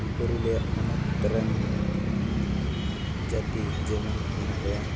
ᱯᱩᱨᱞᱤᱭᱟᱹ ᱦᱚᱱᱚᱛ ᱨᱮᱱ ᱡᱟᱛᱤ ᱡᱮᱢᱚᱱ ᱢᱮᱱᱟᱜ ᱞᱮᱭᱟ